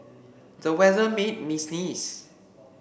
the weather made me sneeze